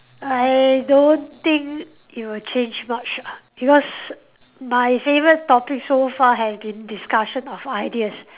I don't think it will change not sure because my favourite topic so far has been discussion of ideas